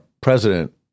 president